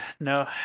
No